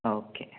okay